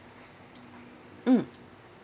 mm